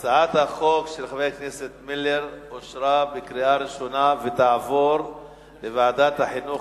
הצעת החוק של חבר הכנסת מילר אושרה בקריאה ראשונה ותעבור לוועדת החינוך,